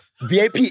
VIP